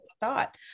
thought